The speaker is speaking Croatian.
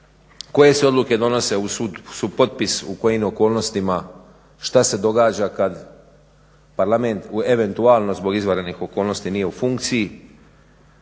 koje se odluke donose u supotpis u kojim okolnostima, šta se događa kada Parlament u eventualno zbog izvanrednih okolnosti nije u funkciji.